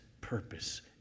purpose